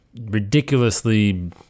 ridiculously